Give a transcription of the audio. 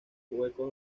huecos